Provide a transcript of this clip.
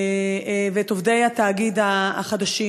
ואת עובדי התאגיד החדשים.